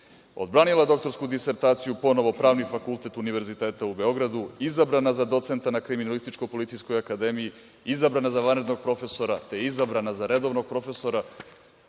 odbranila doktorsku disertaciju, ponovo Pravni fakultet Univerziteta u Beogradu, izabrana za docenta na Kriminalističko-policijskoj akademiji, izabrana za vanrednog profesora, te izabrana za redovnog profesora,